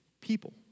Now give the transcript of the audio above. people